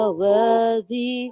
worthy